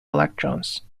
electrons